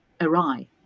awry